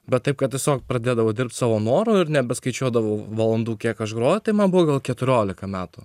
bet taip kad tiesiog pradėdavau dirbt savo noru ir nebeskaičiuodavau valandų kiek aš groju tai man buvo gal keturiolika metų